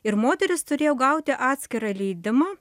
ir moterys turėjo gauti atskirą leidimą